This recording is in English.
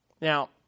Now